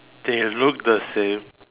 they look the same